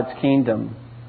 kingdom